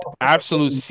absolute